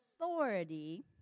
authority